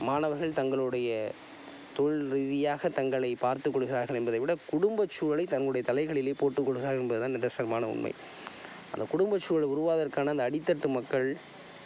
மாணவர்கள் தங்களுடைய தொழில் ரீதியாக தங்களை பார்த்துக்கொள்கிறார்கள் என்பதை விட குடும்பச்சூழலை தன்னுடைய தலைகளிலே போட்டுக்கொள்கிறார்கள் என்பது தான் நிதர்சனமான உண்மை அந்தக் குடும்பச்சுழல் உருவாகுவதற்கான இந்த அடித்தட்டு மக்கள்